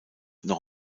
noch